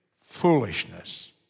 foolishness